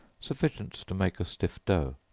sufficient to make a stiff dough